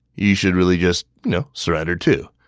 you should really just you know surrender too.